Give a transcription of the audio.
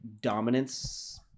dominance